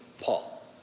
Paul